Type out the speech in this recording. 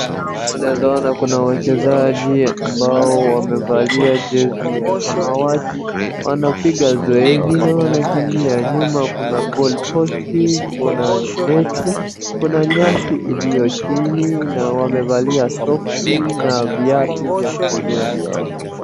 Mbele yangu unaweza kuona kuna wachezaji ambao wamevalia jezi ya samawati. Wanapiga zoezi na wanakimbia. Nyuma kuna goal posti , kuna neti, kuna nyasi iliyo chini, na wamevalia soksi na viatu vya kuchezea.